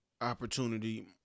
Opportunity